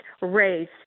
race